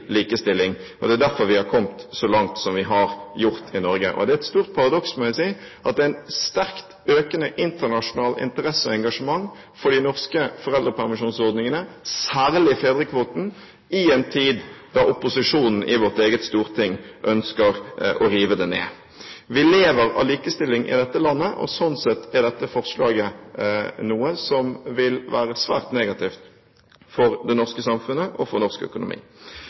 likestilling. Det er derfor vi har kommet så langt som vi har gjort i Norge. Det er et stort paradoks, må jeg si, at det er sterkt økende internasjonal interesse og engasjement for de norske foreldrepermisjonsordningene, særlig fedrekvoten, i en tid da opposisjonen i vårt eget storting ønsker å rive dem ned. Vi lever av likestilling i dette landet, og sånn sett er dette forslaget noe som vil være svært negativt for det norske samfunnet og for norsk økonomi.